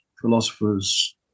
philosophers